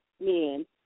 men